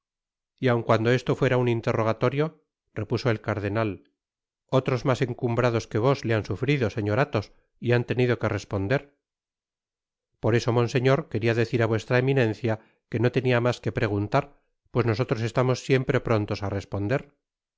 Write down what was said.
y aun caándo esto fuera un interrogatorio repuso el cardenat otros mas encumbrados que vos le han sufrido señor athos y han tenid que responder por eso monseñor queria decir á vuestra eminencia que no tebia mas que preguntar pues nosotros estamos siempre prontos á responder